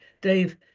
Dave